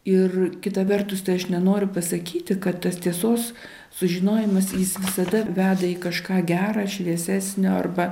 ir kita vertus tai aš nenoriu pasakyti kad tas tiesos sužinojimas jis visada veda į kažką gerą šviesesnio arba